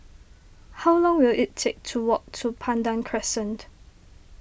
how long will it take to walk to Pandan Crescent